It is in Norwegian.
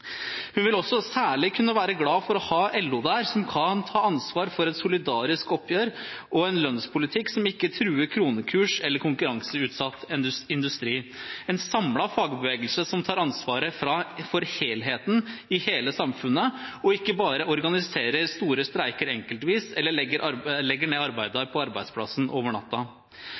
Hun vil også særlig kunne være glad for å ha LO der, som kan ta ansvar for et solidarisk oppgjør og en lønnspolitikk som ikke truer kronekurs eller konkurranseutsatt industri: en samlet fagbevegelse som tar ansvaret for helheten i hele samfunnet, og ikke bare organiserer store streiker enkeltvis eller legger ned arbeidet på arbeidsplassen over